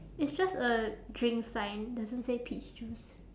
it's just a drink sign doesn't say peach juice